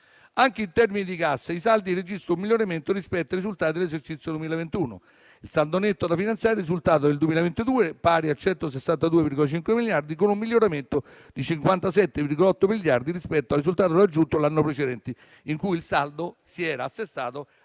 Anche in termini di cassa, i saldi registrano un miglioramento rispetto ai risultati dell'esercizio 2021. Il saldo netto da finanziare è risultato nel 2022 pari a 162,5 miliardi, con un miglioramento di 57,8 miliardi rispetto al risultato raggiunto l'anno precedente, in cui il saldo si era assestato a -220,4 miliardi.